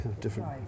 Different